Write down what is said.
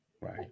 Right